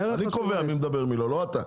אני קובע מי מדבר ומי לא, לא אתה.